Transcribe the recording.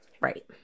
right